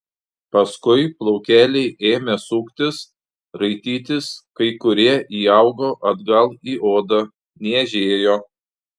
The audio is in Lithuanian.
paskui plaukeliai ėmė suktis raitytis kai kurie įaugo atgal į odą niežėjo